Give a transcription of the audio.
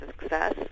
success